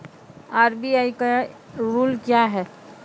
RBI का rule क्या हैं?